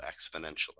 exponentially